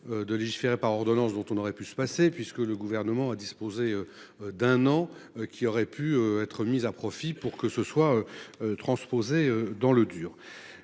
De légiférer par ordonnance dont on aurait pu se passer puisque le gouvernement a disposé. D'un an qui aurait pu être mise à profit pour que ce soit. Transposé dans le dur